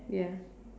ya